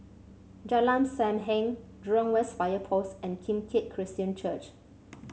Jalan Sam Heng Jurong West Fire Post and Kim Keat Christian Church